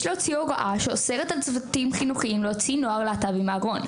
יש להוציא הוראה שאוסרת על צוותים חינוכיים להוציא נוער להט"בי מהארון,